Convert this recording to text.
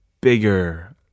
bigger